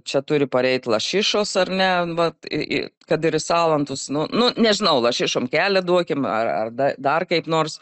čia turi pareit lašišos ar ne vat į į kad ir į salantus nu nežinau lašišom kelią duokim ar ar da dar kaip nors